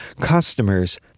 customers